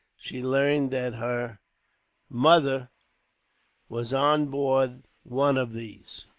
she learned that her mother was on board one of these.